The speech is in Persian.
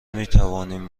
میتوانیم